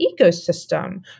ecosystem